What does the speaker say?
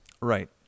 right